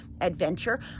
adventure